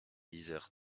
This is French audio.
isère